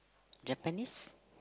Japanese